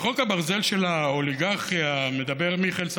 בחוק הברזל של האוליגרכיה מדבר מיכלס